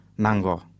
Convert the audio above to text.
nango